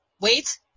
Wait